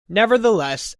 nevertheless